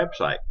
website